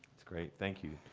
that's great. thank you.